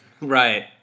Right